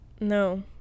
No